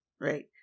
Right